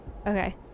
Okay